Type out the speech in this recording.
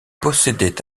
possédait